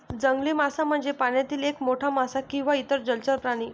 जंगली मासा म्हणजे पाण्यातील एक मोठा मासा किंवा इतर जलचर प्राणी